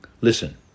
Listen